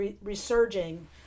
resurging